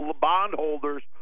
bondholders